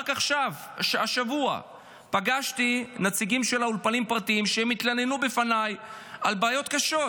רק השבוע פגשתי נציגים של אולפנים פרטיים שהתלוננו בפניי על בעיות קשות.